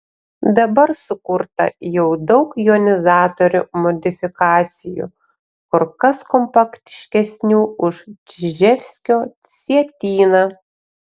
dabar sukurta jau daug jonizatorių modifikacijų kur kas kompaktiškesnių už čiževskio sietyną